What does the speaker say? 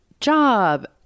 job